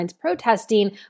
protesting